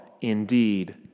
Indeed